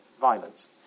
violence